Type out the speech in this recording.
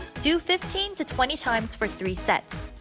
do fifteen to twenty times for three sets.